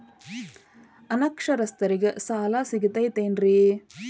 ಅನಕ್ಷರಸ್ಥರಿಗ ಸಾಲ ಸಿಗತೈತೇನ್ರಿ?